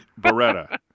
Beretta